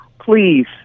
please